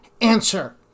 answer